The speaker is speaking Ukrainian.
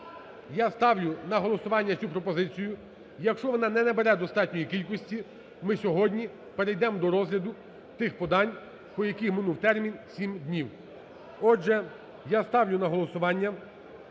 я ставлю на голосування цю пропозицію. Якщо вона не набере достатньої кількості, ми сьогодні перейдемо до розгляду тих подань, по яких минув термін 7 днів. Отже, я ставлю на голосування